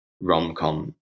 rom-com